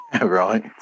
Right